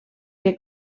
que